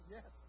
Yes